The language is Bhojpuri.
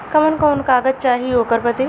कवन कवन कागज चाही ओकर बदे?